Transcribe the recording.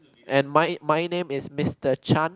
and my my name is Mister Chan